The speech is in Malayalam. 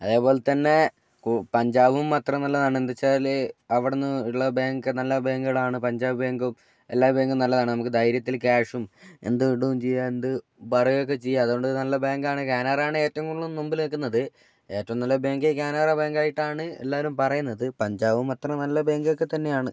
അതേപോലെ തന്നെ പഞ്ചാബും അത്ര നല്ലതാണ് എന്തെന്നു വച്ചാൽ അവടെനിന്ന് ഉള്ള ബാങ്ക് നല്ല ബാങ്കുകളാണ് പഞ്ചാബ് ബാങ്കും എല്ലാ ബാങ്കും നല്ലതാണ് നമുക്ക് ധൈര്യത്തിൽ ക്യാഷും എന്തും ഇടുകയും ചെയ്യാം എന്തും പറയുകയൊക്കെ ചെയ്യാം അതുകൊണ്ട് നല്ല ബാങ്കാണ് കാനറയാണ് ഏറ്റവും കൂടുതൽ മുമ്പിൽ നിൽക്കുന്നത് ഏറ്റവും നല്ല ബാങ്കേ കാനറ ബാങ്കായിട്ടാണ് എല്ലാവരും പറയുന്നത് പഞ്ചാബും അത്ര നല്ല ബാങ്കൊക്കെ തന്നെയാണ്